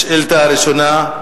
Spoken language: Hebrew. השאילתא הראשונה,